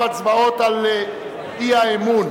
ועכשיו הצבעות על האי-אמון.